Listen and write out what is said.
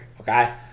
okay